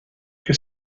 que